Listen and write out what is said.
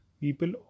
people